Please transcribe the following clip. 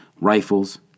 Rifles